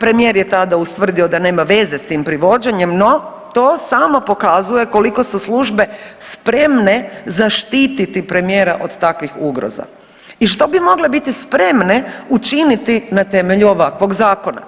Premijer je tada ustvrdio da nema veze s tim privođenjem, no to samo pokazuje koliko su službe spremne zaštititi premijera od takvih ugroza i što bi mogle biti spremne učiniti na temelju ovakvog zakona,